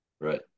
Right